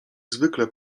zwykle